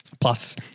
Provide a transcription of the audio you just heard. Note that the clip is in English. Plus